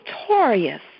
victorious